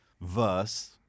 verse